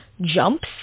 jumps